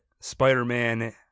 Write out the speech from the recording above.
Spider-Man